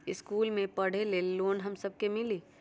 इश्कुल मे पढे ले लोन हम सब के मिली?